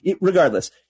regardless